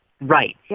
Right